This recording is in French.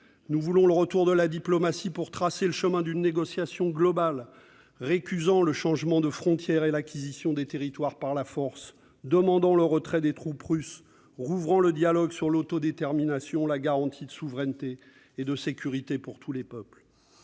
Nous voulons le retour de la diplomatie au plus vite pour tracer le chemin d'une négociation globale, récusant le changement de frontières et l'acquisition des territoires par la force, demandant le retrait des troupes russes et rouvrant le dialogue sur l'autodétermination, la garantie de souveraineté et de sécurité pour tous les peuples.